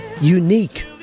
unique